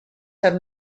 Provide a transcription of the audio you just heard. have